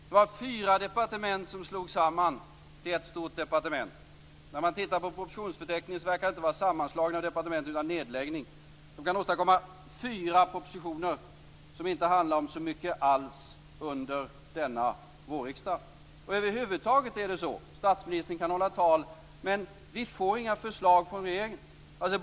Det var fyra departement som slogs samman till ett stort departement. När man tittar på propositionsförteckningen verkar det inte vara sammanslagning av departement utan nedläggning. De kan åstadkomma fyra propositioner som inte handlar om så mycket alls under denna vårriksdag. Över huvud taget är det så att statsministern håller tal, men vi får inga förslag från regeringen.